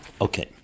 Okay